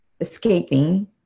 escaping